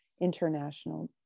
international